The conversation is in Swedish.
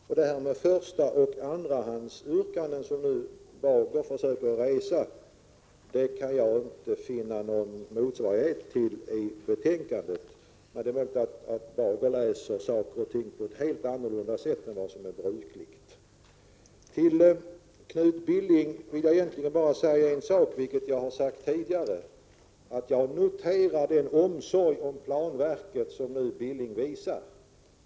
Förstahandsyrkande och andrahandsyrkande, som Erling Bager nu talar om, kan jag inte finna någon motsvarighet till i betänkandet. Men det är möjligt att Erling Bager läser på ett helt annat sätt än vad som är brukligt. Till Knut Billing vill jag egentligen bara säga något som jag har sagt tidigare, nämligen att jag noterar den omsorg om planverket som Knut Billing nu visar.